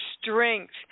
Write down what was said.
strength